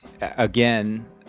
again